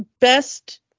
best